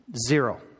Zero